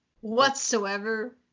whatsoever